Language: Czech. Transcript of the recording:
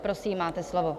Prosím, máte slovo.